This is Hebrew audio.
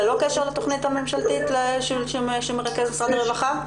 ללא קשר לתכנית הממשלתית שמרכז משרד הרווחה?